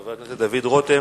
חבר הכנסת דוד רותם.